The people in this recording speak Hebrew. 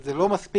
זה לא מספיק